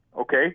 okay